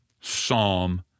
psalm